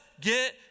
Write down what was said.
get